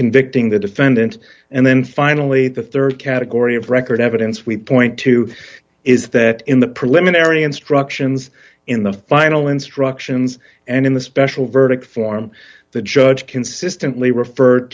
convicting the defendant and then finally the rd category of record evidence we point to is that in the preliminary instructions in the final instructions and in the special verdict form the judge consistently referred